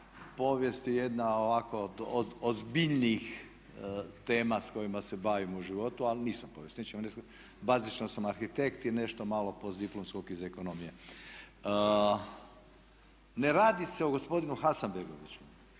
povijest je jedna ovako od ozbiljnijih tema s kojima se bavim u životu ali nisam povjesničar, bazično sam arhitekt i nešto malo postdiplomskog iz ekonomije. Ne radi se o gospodinu Hasanbegoviću,